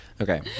Okay